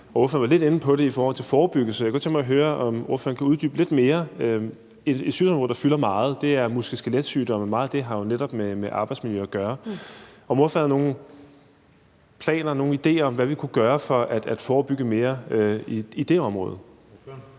Ordføreren var lidt inde på det i forhold til forebyggelse, og jeg kunne godt tænke mig at høre, om ordføreren kan uddybe det lidt mere. Et sygdomsområde, der fylder meget, er muskel- og skeletsygdomme, og meget af det har jo netop med arbejdsmiljø at gøre. Har ordføreren nogen planer eller nogen idéer om, hvad vi kunne gøre for at forebygge mere på det område?